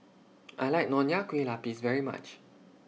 I like Nonya Kueh Lapis very much